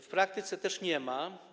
W praktyce też nie ma.